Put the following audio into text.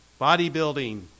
Bodybuilding